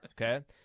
okay